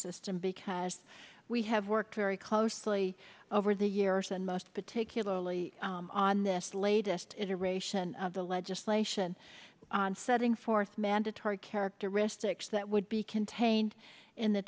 system because we have worked very closely over the years and most particularly on this latest iteration of the legislation on setting forth mandatory characteristics that would be contained in the